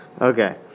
Okay